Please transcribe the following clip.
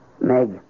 Meg